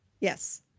Yes